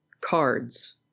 cards